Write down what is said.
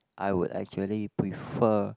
I would actually prefer